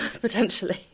potentially